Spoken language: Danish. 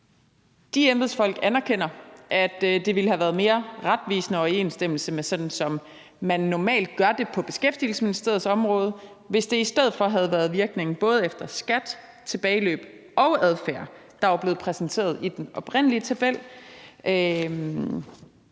De embedsfolk anerkender, at det ville have været mere retvisende og i overensstemmelse med det, man normalt gør på Beskæftigelsesministeriets område, hvis det i stedet for havde været virkning både efter skat, tilbageløb og adfærd, der var blevet præsenteret i den oprindelige tabel.